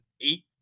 eight